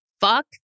fuck